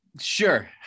sure